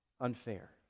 unfair